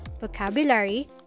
vocabulary